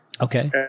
Okay